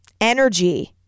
energy